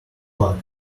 luck